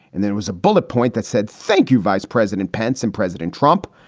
and there was a bullet point that said, thank you, vice president pence and president trump.